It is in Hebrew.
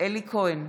אלי כהן,